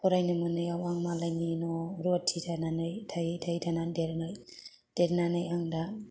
फरायनो मोनैआव आं मालायनि न'आव आं रुवाथि थानानै थायै थायै थानानै देरनाय देरनानै आं दा